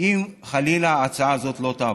אם חלילה ההצעה הזאת לא תעבור,